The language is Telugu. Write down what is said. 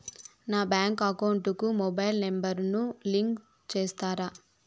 నా బ్యాంకు అకౌంట్ కు మొబైల్ నెంబర్ ను లింకు చేస్తారా?